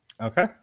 Okay